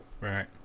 right